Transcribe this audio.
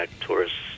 tourists